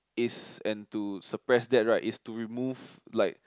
is an to suppress that right is to remove like